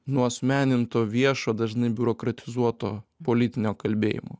nuasmeninto viešo dažnai biurokratizuoto politinio kalbėjimo